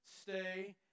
stay